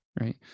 right